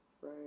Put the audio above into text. right